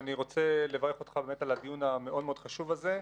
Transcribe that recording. ואני רוצה לברך אותך באמת על הדיון המאוד מאוד חשוב הזה.